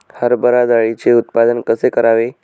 हरभरा डाळीचे उत्पादन कसे करावे?